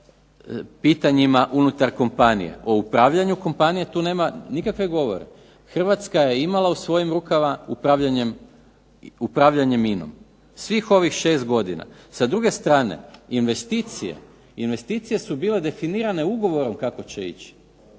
pitanjima unutar kompanija. O upravljanju kompanija tu nema nikakvog govora. Hrvatska je imala u svojim rukama upravljanje INA-om svih ovih šest godina. Sa druge strane investicije, investicije su bile definirane ugovorom kako će ići,